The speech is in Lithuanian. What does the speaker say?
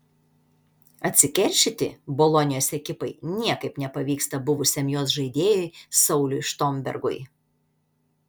atsikeršyti bolonijos ekipai niekaip nepavyksta buvusiam jos žaidėjui sauliui štombergui